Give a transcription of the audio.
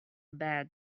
bad